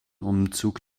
umzug